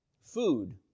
Food